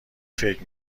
فکر